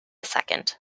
second